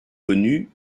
connu